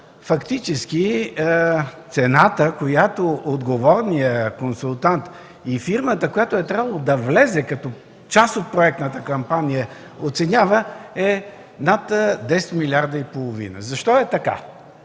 фактически цената, която отговорният консултант и фирмата, която е трябвало да влезе като част от проектната кампания, я оценява на над 10 милиарда и половина. Защо е така?